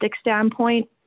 standpoint